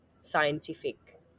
scientific